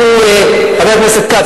חבר הכנסת כץ,